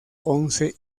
once